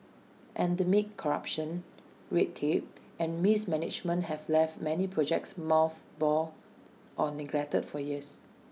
endemic corruption red tape and mismanagement have left many projects mothballed or neglected for years